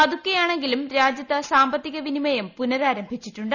പതുക്കെയാണെങ്കീലും രാജ്യത്ത് സാമ്പത്തിക വിനിമയം പുനരാരംഭിച്ചിട്ടുണ്ട്